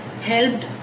helped